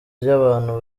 ry’abantu